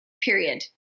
period